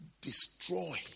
destroy